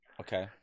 Okay